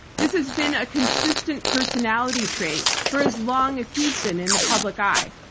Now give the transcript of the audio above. this has been a consistent personality trait for as long as he's been in the public eye.